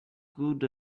good